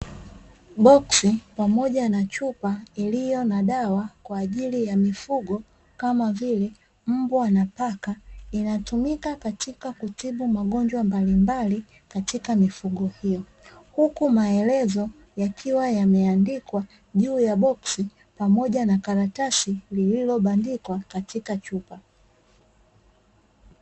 Boksi pamoja na chupa iliyo na dawa kwa ajili ya mifugo kama vile mbwa na paka, inatumika katika kutibu magonjwa mbalimbali katika mifugo hiyo, huku maelezo yakiwa yameandikwa juu ya boksi pamoja na karatasi lililobandikwa katika chupa.